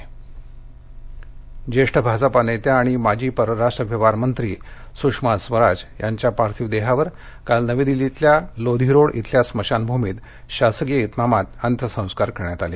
स्वराज् ज्येष्ठ भाजपा नेत्या आणि माजी परराष्ट्र व्यवहार मंत्री सुषमा स्वराज यांच्या पार्थिव देहावर काल नवी दिल्लीतल्या लोधी रोड इथल्या स्मशानभूमीत शासकीय इतमामात अंत्यसंस्कार करण्यात आले